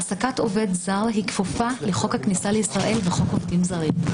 העסקת עובד זר כפופה לחוק הכניסה לישראל וחוק עובדים זרים.